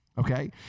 Okay